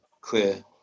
clear